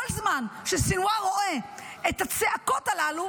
כל זמן שסנוואר רואה את הצעקות הללו,